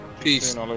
Peace